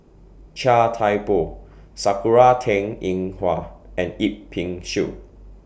Chia Thye Poh Sakura Teng Ying Hua and Yip Pin Xiu